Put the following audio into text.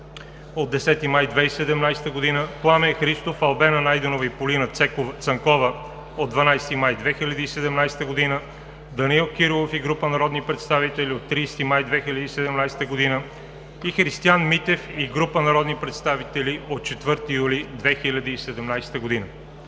от 10 май 2017 г.; Пламен Христов, Албена Найденова и Полина Цанкова от 12 май 2017 г.; Данаил Кирилов и група народни представители от 30 май 2017 г. и Христиан Митев и група народни представители от 4 юли 2017 г.